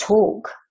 talk